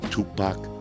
Tupac